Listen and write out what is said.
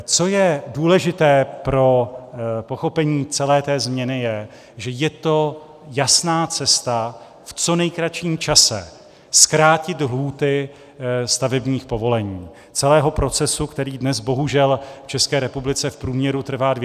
Co je důležité pro pochopení celé té změny, je, že je to jasná cesta v co nejkratším čase zkrátit lhůty stavebních povolení, celého procesu, který dnes bohužel v České republice v průměru trvá 246 dnů.